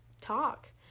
talk